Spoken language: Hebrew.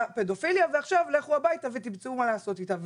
פדופיליה ועכשיו לכו הביתה ותמצאו מה לעשות איתה'.